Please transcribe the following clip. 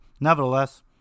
nevertheless